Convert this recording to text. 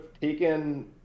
taken